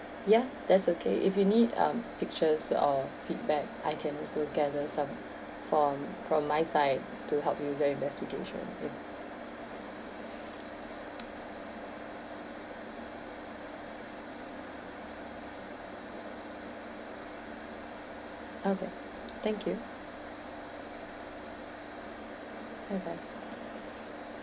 ya that's okay if you need um pictures or feedback I can also gather some form from my side to help you investigation okay thank you bye bye